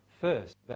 first